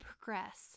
progress